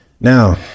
Now